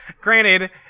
granted